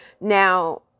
now